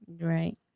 Right